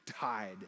died